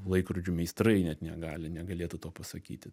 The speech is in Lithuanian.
laikrodžių meistrai net negali negalėtų to pasakyti